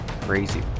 crazy